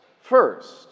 first